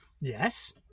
Yes